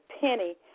penny